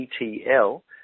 ETL